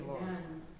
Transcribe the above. amen